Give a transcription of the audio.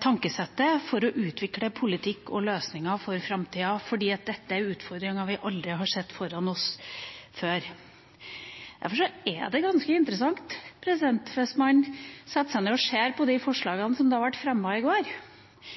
tankesettet for å utvikle politikk og løsninger for framtida – for dette er utfordringer vi aldri har hatt foran oss før. Derfor er det ganske interessant, hvis man setter seg ned og ser på de forslagene som ble fremmet i går,